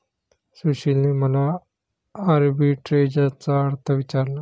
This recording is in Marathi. सुशीलने मला आर्बिट्रेजचा अर्थ विचारला